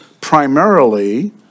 primarily